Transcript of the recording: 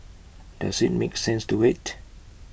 does IT make sense to wait